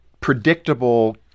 predictable